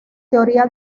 teoría